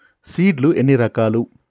Seed లు ఎన్ని రకాలు?